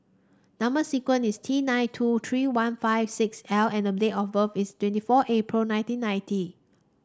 number sequence is T nine two three one five six L and date of birth is twenty four April nineteen ninety